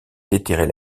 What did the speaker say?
déterrer